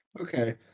Okay